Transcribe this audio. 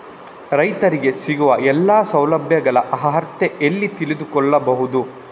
ರೈತರಿಗೆ ಸಿಗುವ ಎಲ್ಲಾ ಸೌಲಭ್ಯಗಳ ಅರ್ಹತೆ ಎಲ್ಲಿ ತಿಳಿದುಕೊಳ್ಳಬಹುದು?